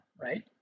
right